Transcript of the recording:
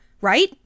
right